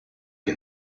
che